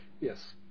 Yes